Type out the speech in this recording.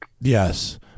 Yes